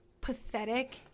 pathetic